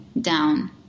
down